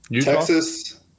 Texas